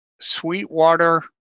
Sweetwater